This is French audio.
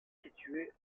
situé